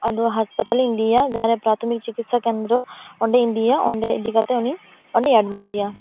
ᱟᱫᱚ ᱦᱟᱥ ᱯᱟᱛᱟᱞ ᱤᱧ ᱤᱫᱤᱭᱮᱭᱟ ᱡᱟᱦᱟᱸ ᱨᱮ ᱯᱨᱟᱴᱷᱚᱢᱤᱠ ᱪᱤᱠᱤᱥᱟ ᱠᱮᱱᱫᱨᱚ ᱚᱸᱰᱮᱧ ᱤᱫᱤᱭᱮᱭᱟ ᱚᱸᱰᱮ ᱤᱫᱤ ᱠᱟᱛᱮ ᱩᱱᱤᱧ ᱚᱸᱰᱮᱧ ᱮᱰᱢᱤᱴᱮᱭᱟ